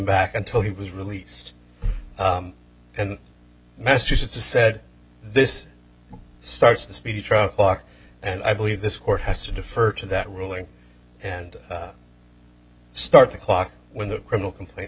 back until he was released in massachusetts to said this starts the speedy trial clock and i believe this court has to defer to that ruling and start the clock when the criminal complaint